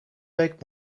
week